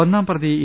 ഒന്നാം പ്രതി എ